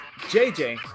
JJ